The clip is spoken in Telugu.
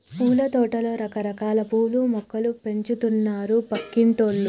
పూలతోటలో రకరకాల పూల మొక్కలు పెంచుతున్నారు పక్కింటోల్లు